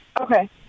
Okay